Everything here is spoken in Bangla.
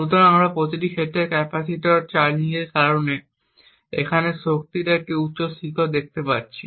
সুতরাং আমরা এই প্রতিটি ক্ষেত্রে ক্যাপাসিটরের চার্জিংয়ের কারণে এখানে শক্তির একটি উচ্চ শিখর দেখতে পাচ্ছি